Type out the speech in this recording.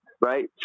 right